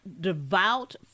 devout